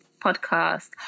podcast